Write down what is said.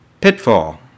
Pitfall